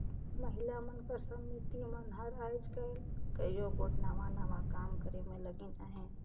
महिला मन कर समिति मन हर आएज काएल कइयो गोट नावा नावा काम करे में लगिन अहें